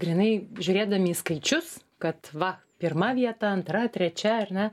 grynai žiūrėdami į skaičius kad va pirma vieta antra trečia ar ne